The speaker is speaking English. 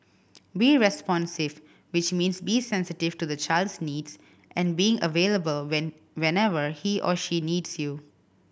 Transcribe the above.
be responsive which means be sensitive to the child's needs and being available when whenever he or she needs you